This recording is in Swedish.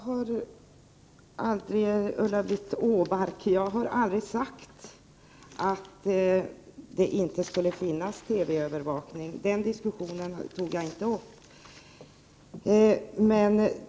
Herr talman! Jag har aldrig sagt att det inte skulle finnas TV-övervakning. Den diskussionen tog jag inte upp.